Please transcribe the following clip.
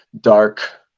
dark